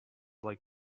like